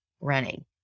running